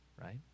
right